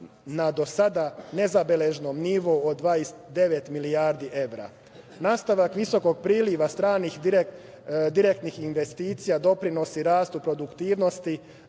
na do sada nezabeleženom nivou od 29 milijardi evra. Nastavak visokog priliva stranih direktnih investicija doprinosi rastu produktivnosti,